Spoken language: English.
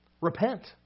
Repent